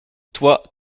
toi